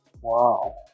Wow